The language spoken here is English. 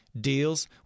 deals